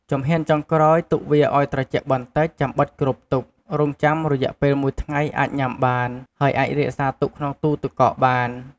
ជំហានចុងក្រោយ ទុកឱ្យវាត្រជាក់បន្តិច ចាំបិទគ្របទុក រងចាំរយ:ពេលមួយថ្ងៃអាចញាំបាន ហើយអាចរក្សាទុកក្នុងទូរទឹកកកបាន។